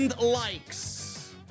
likes